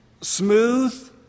smooth